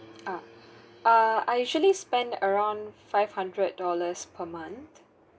ah err I usually spend around five hundred dollars per month